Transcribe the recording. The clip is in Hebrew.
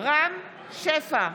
רם שפע,